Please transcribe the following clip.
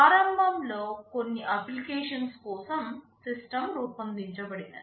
ప్రారంభం లో కొన్ని అప్లికేషన్స్ కోసం సిస్టమ్ రూపొందించబడింది